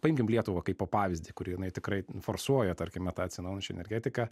paimkim lietuvą kaipo pavyzdį kur jinai tikrai forsuoja tarkime tą atsinaujinčią energetiką